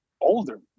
older